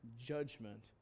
judgment